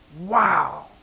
Wow